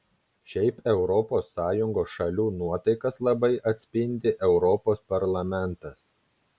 šiaip europos sąjungos šalių nuotaikas labai atspindi europos parlamentas